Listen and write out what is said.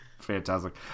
fantastic